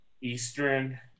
Eastern